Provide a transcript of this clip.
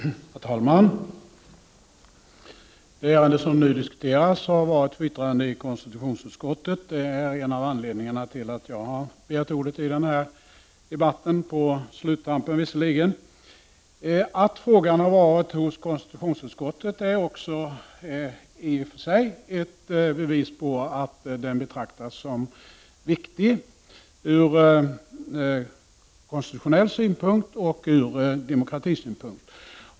Herr talman! Det ärende som nu diskuteras har varit föremål för yttrande från konstitutionsutskottet. Detta är en av anledningarna till att jag, på sluttampen visserligen, har begärt ordet i debatten. Att frågan har varit i konstitutionsutskottet är också i och för sig ett bevis på att den betraktas som viktig ur konstitutionell synpunkt och ur demokratisynpunkt.